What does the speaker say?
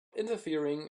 interfering